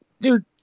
Dude